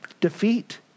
defeat